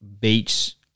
beach